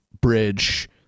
bridge